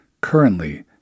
Currently